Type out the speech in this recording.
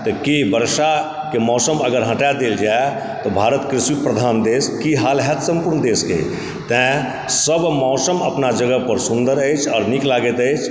तऽ की वर्षाके मौसम अगर हटा देल जाय तऽ भारत कृषि प्रधान देश की हाल होयत सम्पूर्ण देशकेँ तैंसभ मौसम अपना जगह पर सुन्दर अछि आओर नीक लागैत अछि